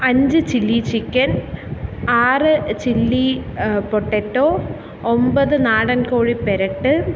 അഞ്ച് chilli chicken ആറ് chilli potato ഒൻപത് നാടൻ കോഴി പെരട്ട്